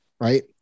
right